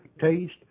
taste